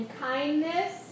kindness